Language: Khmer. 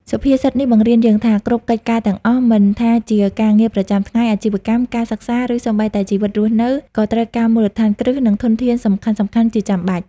សុភាសិតនេះបង្រៀនយើងថា គ្រប់កិច្ចការទាំងអស់ មិនថាជាការងារប្រចាំថ្ងៃ អាជីវកម្ម ការសិក្សា ឬសូម្បីតែជីវិតរស់នៅ ក៏ត្រូវការមូលដ្ឋានគ្រឹះ និងធនធានសំខាន់ៗជាចាំបាច់។